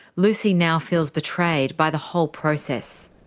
lucy now feels betrayed by the whole process.